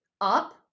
up